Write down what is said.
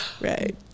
right